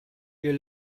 ihr